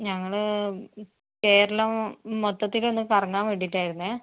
ഞങ്ങൾ കേരളം മൊത്തത്തിലൊന്ന് കറങ്ങാൻ വേണ്ടീട്ടായിരുന്നേ